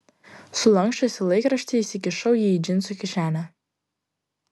sulanksčiusi laikraštį įsikišau jį į džinsų kišenę